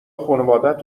خانوادت